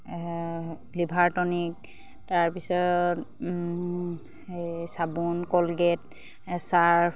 liver tonic তাৰপিছত এই চাবোন কলগেট চাৰ্ফ